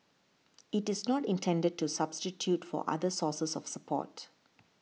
it is not intended to substitute for other sources of support